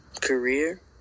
career